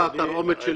אני את התרעומת שלי